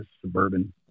suburban